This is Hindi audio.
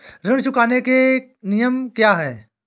ऋण चुकाने के नियम क्या हैं?